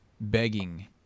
begging